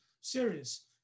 serious